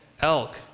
elk